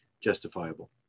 justifiable